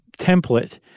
template